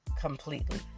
completely